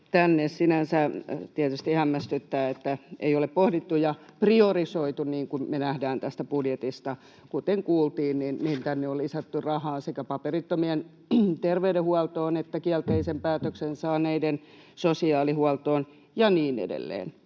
Sinänsä tietysti hämmästyttää, että ei ole pohdittu ja priorisoitu, niin kuin me nähdään tästä budjetista. Kuten kuultiin, niin tänne on lisätty rahaa sekä paperittomien terveydenhuoltoon että kielteisen päätöksen saaneiden sosiaalihuoltoon ja niin edelleen.